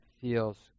feels